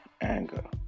anger